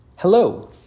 Hello